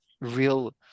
real